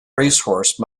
racehorse